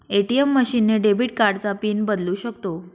ATM machine ने debit कार्डचा PIN बदलू शकतो